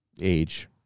age